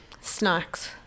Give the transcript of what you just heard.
Snacks